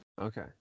Okay